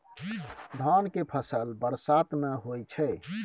धान के फसल बरसात में होय छै?